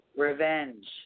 Revenge